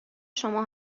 شما